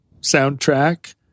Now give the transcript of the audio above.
soundtrack